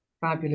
Fabulous